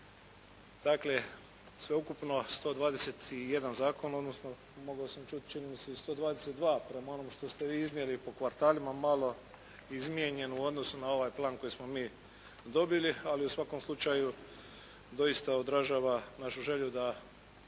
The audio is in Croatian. Dakle, sveukupno 121 zakon odnosno mogao sam čuti čini mi se i 122 prema onom što ste vi iznijeli po kvartalima malo izmijenjeno u odnosu na ovaj plan koji smo mi dobili. Ali u svakom slučaju doista odražava našu želju da